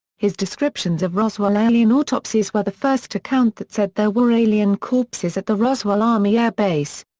his descriptions of roswell alien autopsies were the first account that said there were alien corpses at the roswell army air base.